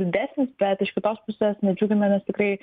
didesnis bet iš kitos pusės nedžiugina nes tikrai